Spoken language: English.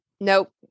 Nope